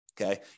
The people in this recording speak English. Okay